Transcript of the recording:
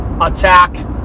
attack